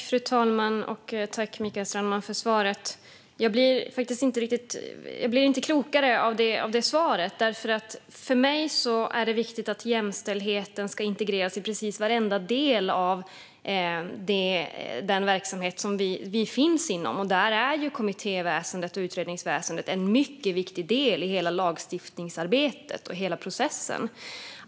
Fru talman! Tack, Mikael Strandman, för svaret! Jag blir faktiskt inte klokare av det. För mig är det viktigt att jämställdheten integreras i precis varenda del av den verksamhet som vi finns inom. Kommitté och utredningsväsendet är en mycket viktig del i hela lagstiftningsarbetet och hela processen.